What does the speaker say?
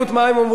זה לא מבטל,